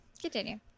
continue